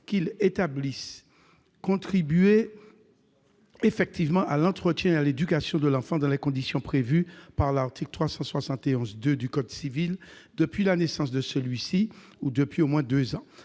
qu'il établisse contribuer effectivement à l'entretien et à l'éducation de l'enfant dans les conditions prévues par l'article 371-2 du code civil depuis la naissance de celui-ci ou depuis au moins deux ans